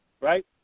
Right